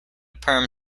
perm